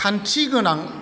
खान्थि गोनां